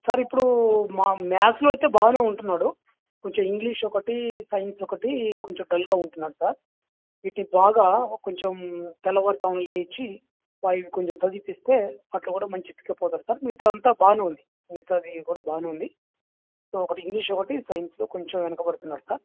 sir ఇప్పుడు మా మాథ్స్లో ఆయితే బాగానే ఉంటున్నాడు కొంచెం ఇంగ్లీష్ ఒకటి సైన్స్ ఒకటి కొంచెం డల్గా ఉంటున్నాడు సార్ వీటిని బాగా కొంచెం తెల్లవారుజామున లేచి వాడిని కొంచెం చదివిస్తే అట్లా కూడా మంచిగా పికప్ అవుతారు సార్ మిగతా అంతా బాగానే ఉంది మిగతాది కూడా బాగానే ఉంది సో ఒకటి ఇంగ్లీష్ ఒకటి సైన్స్ కొంచెం వెనుకబడుతున్నాడు సార్